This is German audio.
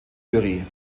jury